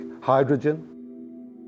hydrogen